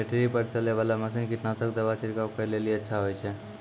Battery पर चलै वाला मसीन कीटनासक दवा छिड़काव करै लेली अच्छा होय छै?